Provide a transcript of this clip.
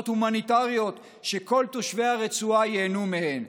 הומניטריות שכל תושבי הרצועה ייהנו מהן,